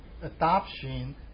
adoption